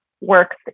works